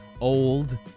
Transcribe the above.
old